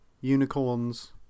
Unicorns